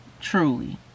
Truly